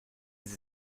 sie